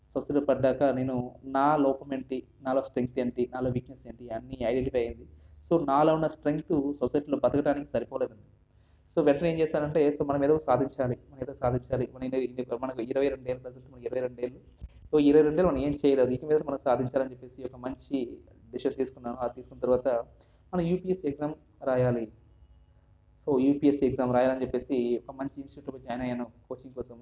సొసైటీలో పడ్డాక నేను నా లోపం ఏమిటి నాలో స్ట్రెంత్ ఏంటి నా వీక్నెస్ ఏంటి అన్ని ఐడెంటిఫై అయ్యింది సో నాలో ఉన్న స్ట్రెంత్ సొసైటీలో బతకడానికి సరిపోలేదు అండి సో వెంటనే ఏం చేశానంటే సో మనం ఏదో ఒకటి సాధించాలి మనం ఏదో ఒకటి సాధించాలి మనకి ఇరవై రెండు ఏళ్ళు అసలు మనకి రెండు ఏళ్ళు సో ఇరవై రెండు ఏళ్ళు మనం ఏం చేయలేదు నేను ఏదో ఒకటి సాధించాలని చెప్పేసి ఒక మంచి డెసిషన్ తీసుకున్నాను అది తీసుకున్న తర్వాత మనం యూపిఎస్సి ఎగ్జామ్ రాయాలి సో యూపిఎస్సి ఎగ్జామ్ రాయాలని చెప్పేసి ఒక మంచి ఇన్స్టిట్యూట్లో పోయి జాయిన్ అయ్యాను కోచింగ్ కోసం